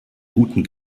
guten